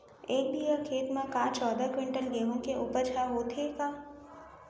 एक बीघा खेत म का चौदह क्विंटल गेहूँ के उपज ह होथे का?